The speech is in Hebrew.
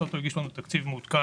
הטוטו הגיש לנו תקציב מעודכן